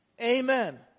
Amen